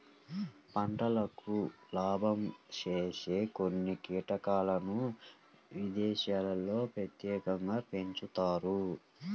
పంటకు లాభం చేసే కొన్ని కీటకాలను విదేశాల్లో ప్రత్యేకంగా పెంచుతారు